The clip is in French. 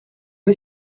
est